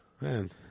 Man